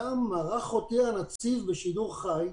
שם מרח אותי הנציב בשידור חי,